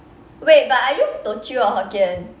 wait but are you teochew or hokkien